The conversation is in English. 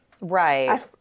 Right